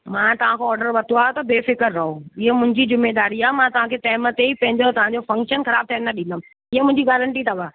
मां तव्हांखां ऑर्डर वरितो आहे त बेफ़िक्र रहो ईअ मुंहिंजी जिम्मेदारी आहे मां तव्हांखे टाइम ते ई पंहिंजो तव्हांजो फ़क्शन ख़राब थियण न ॾींदमि ईअ मुंहिंजी गारंटी अथव